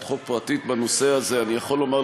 חוק פרטית בנושא הזה אני יכול לומר,